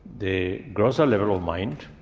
the grosser level of mind,